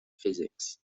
physics